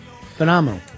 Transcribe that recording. Phenomenal